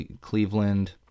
cleveland